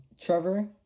Trevor